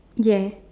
yes